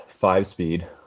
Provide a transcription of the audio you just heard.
five-speed